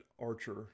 Archer